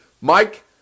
Mike